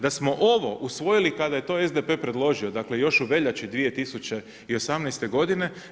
Da smo ovo usvojili kada je to SDP predložio, dakle još u veljači 2018. godine.